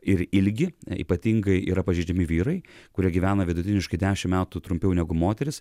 ir ilgį ypatingai yra pažeidžiami vyrai kurie gyvena vidutiniškai dešimt metų trumpiau negu moterys